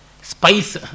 Spice